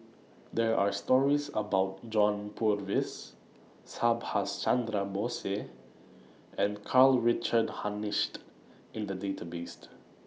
There Are stories about John Purvis Subhas Chandra Bose and Karl Richard Hanitsch in The Database